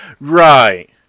Right